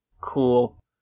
Cool